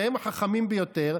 הרי הם החכמים ביותר.